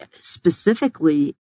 specifically